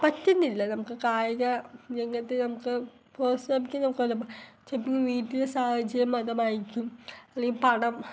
പറ്റുന്നില്ല നമുക്ക് കായിക രംഗത്ത് നമുക്ക് ചിലപ്പം വീട്ടിലെ സാഹചര്യം ആയിരിക്കും അല്ലെങ്കിൽ പണം